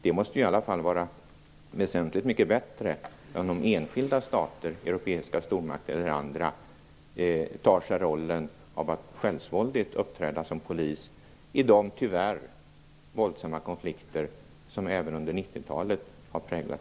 Det måste i alla fall vara väsentligt mycket bättre än om enskilda stater - europeiska stormakter eller andra - självsvåldigt uppträder som polis i de tyvärr våldsamma konflikter som även under 90-talet har präglat